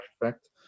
effect